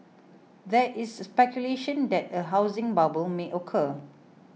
there is speculation that a housing bubble may occur